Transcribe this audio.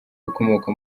ukomoka